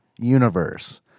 universe